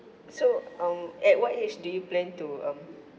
so um at what age do you plan to um